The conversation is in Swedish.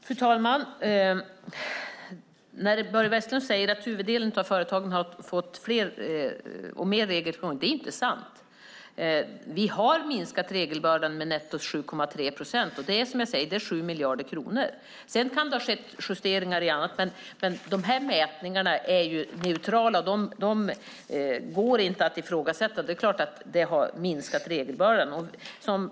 Fru talman! Börje Vestlund säger att huvuddelen av företagen har fått fler och mer regler. Det är inte sant. Vi har minskat regelbördan med netto 7,3 procent. Som jag säger är det 7 miljarder kronor. Sedan kan det ha skett justeringar av annat, men mätningarna är neutrala och går inte att ifrågasätta. Det är klart att regelbördan har minskat.